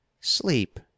Sleep